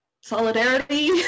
solidarity